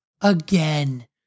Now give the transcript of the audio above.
again